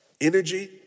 energy